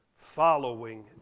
following